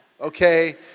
Okay